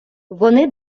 вони